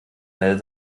mel